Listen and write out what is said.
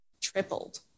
tripled